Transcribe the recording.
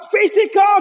physical